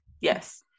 Yes